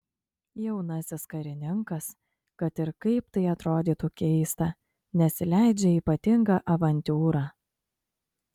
jaunasis karininkas kad ir kaip tai atrodytų keista nesileidžia į ypatingą avantiūrą